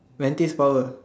Mantis power